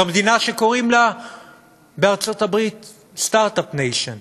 זו מדינה שקוראים לה בארצות-הברית Start-up Nation.